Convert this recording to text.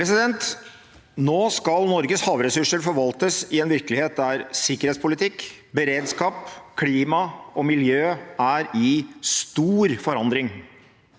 Nå skal Nor- ges havressurser forvaltes i en virkelighet der sikkerhetspolitikk, beredskap, klima og miljø er i stor forandring.